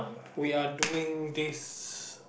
we are doing this